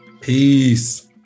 Peace